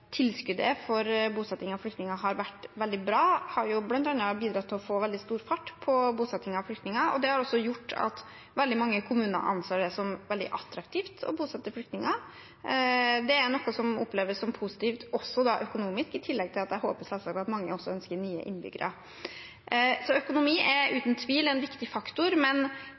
tilskuddet for bosetting av flyktninger har vært veldig bra, har bl.a. bidratt til å få veldig stor fart på bosettingen av flyktninger. Det har også gjort at veldig mange kommuner anser det som veldig attraktivt å bosette flyktninger. Det er noe som oppleves som positivt også økonomisk, i tillegg til at jeg selvfølgelig håper at mange også ønsker nye innbyggere. Så økonomi er uten tvil en viktig faktor. Men